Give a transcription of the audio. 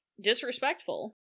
disrespectful